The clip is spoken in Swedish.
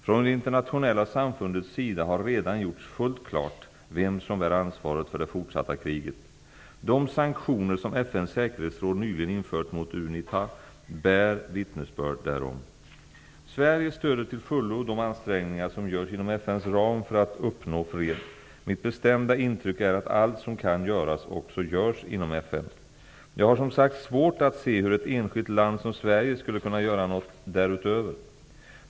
Från det internationella samfundets sida har redan gjorts fullt klart vem som bär ansvaret för det fortsatta kriget. De sanktioner som FN:s säkerhetsråd nyligen infört mot UNITA bär vittnesbörd härom. Sverige stöder till fullo de ansträngningar som görs inom FN:s ram för att uppnå fred. Mitt bestämda intryck är att allt som kan göras också görs inom FN. Jag har som sagt svårt att se hur ett enskilt land som Sverige skulle kunna göra något därutöver.